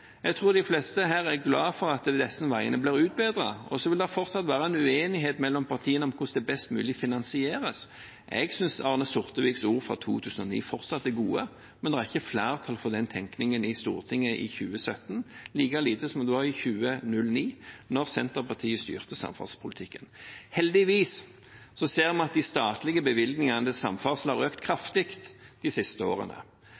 jeg tror de fleste her er glad for at disse veiene blir utbedret. Så vil det fortsatt være uenighet mellom partiene om hvordan dette best mulig finansieres. Jeg synes Arne Sorteviks ord fra 2009 fortsatt er gode, men det er ikke flertall for den tenkningen i Stortinget i 2017 – like lite som det var det i 2009, da Senterpartiet styrte samferdselspolitikken. Heldigvis ser vi at de statlige bevilgningene til samferdsel har økt kraftig de siste årene.